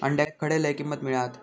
अंड्याक खडे लय किंमत मिळात?